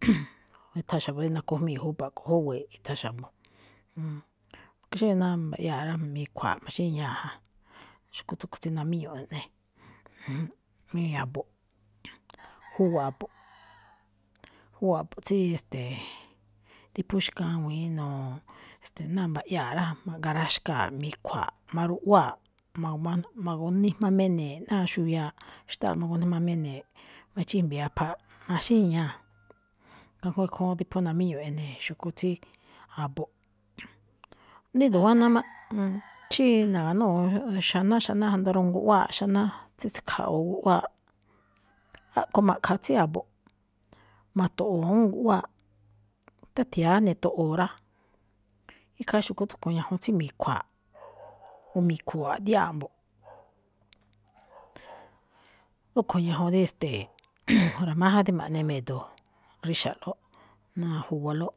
nuthan xa̱bo̱ rí nakujmii̱ júba̱ ꞌkho̱, júwe̱e̱ꞌ ithan xa̱bo̱. Xí ná mba̱yaa̱ꞌ rá, mi̱khua̱a̱ꞌ, maxíñaa̱ ja. Xkú tsúꞌkhue̱n tsí namíñuꞌ eꞌne. mí a̱bo̱ꞌ, júwa̱ꞌ abo̱ꞌ, júwa̱ꞌ a̱bo̱ꞌ tsí, e̱ste̱e̱, dí phú xkawi̱inꞌ no̱o̱-ste̱e̱ ná mba̱ꞌyaa̱ꞌ rá, ma̱ꞌgaraxkaa̱ꞌ, mi̱khua̱a̱ꞌ, maruꞌwáa̱ꞌ, magu- magunijmamene̱e̱ꞌ ná xuyaaꞌ, xtáaꞌ magunijmamene̱e̱ꞌ, machíjmbi̱i̱ aphaaꞌ, maxíñáa̱. Jngó ikhúún dí phú namíñuꞌ ene̱ xu̱kú tsí a̱bo̱ꞌ. ído̱ guáná máꞌ, xí na̱ga̱núu xaná, xaná jndo rawuun guꞌwáaꞌ xaná, tsítse̱khaꞌwu̱u guꞌwáaꞌ, a̱ꞌkho̱ ma̱ꞌkha̱ tsí a̱bo̱ꞌ, ma̱to̱ꞌo̱o̱ awúun guꞌwáaꞌ. Xí táthia̱á ni̱to̱ꞌo̱o̱ rá, ikhaa xu̱kú tsúꞌkho̱ ñajuun tsí mi̱khua̱a̱ꞌ, o mi̱khu̱u̱ a̱ꞌdiáaꞌ mbo̱ꞌ. rúꞌkho̱ ñajuun rí, e̱ste̱e̱, ra̱máján rí ma̱ꞌne me̱do̱ rixa̱ꞌlóꞌ, náa juwalóꞌ.